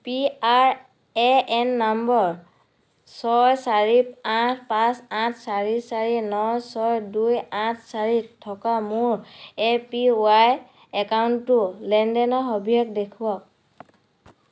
P R A N number ছয় চাৰি আঠ পাঁচ আঠ চাৰি চাৰি ন ছয় দুই আঠ চাৰিত থকা মোৰ এ পি ৱাই একাউণ্টটোৰ লেনদেনৰ সবিশেষ দেখুৱাওক